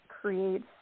creates